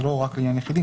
זה לא רק לעניין יחידים,